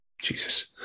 Jesus